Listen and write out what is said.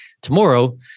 tomorrow